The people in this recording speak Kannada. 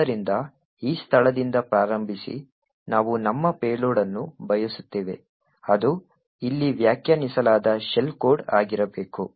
ಆದ್ದರಿಂದ ಈ ಸ್ಥಳದಿಂದ ಪ್ರಾರಂಭಿಸಿ ನಾವು ನಮ್ಮ ಪೇಲೋಡ್ ಅನ್ನು ಬಯಸುತ್ತೇವೆ ಅದು ಇಲ್ಲಿ ವ್ಯಾಖ್ಯಾನಿಸಲಾದ ಶೆಲ್ ಕೋಡ್ ಆಗಿರಬೇಕು